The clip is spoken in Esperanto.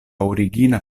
origina